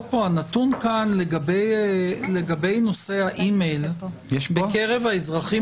כאן לגבי נושא האי-מייל בקרב האזרחים